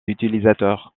utilisateurs